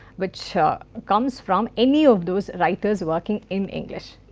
which comes from any of those writers working in english.